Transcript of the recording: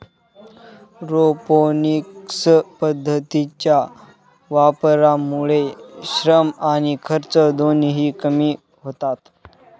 aeroponics पद्धतीच्या वापरामुळे श्रम आणि खर्च दोन्ही कमी होतात